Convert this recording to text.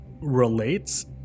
relates